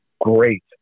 great